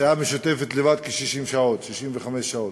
הסיעה המשותפת לבד, כ-60 שעות, 65 שעות.